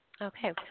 Okay